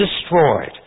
destroyed